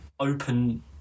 open